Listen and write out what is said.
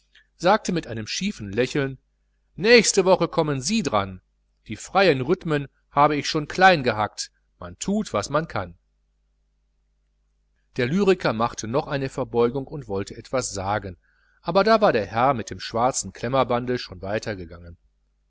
sagte mit einem schiefen lächeln nächste woche kommen sie dran die freien rhythmen habe ich schon klein gehackt man thut was man kann der lyriker machte noch eine verbeugung und wollte etwas sagen aber da war der herr mit dem schwarzen klemmerbande schon